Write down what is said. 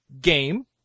game